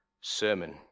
sermon